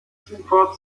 zufahrt